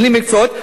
אילו מקצועות,